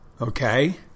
Okay